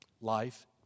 life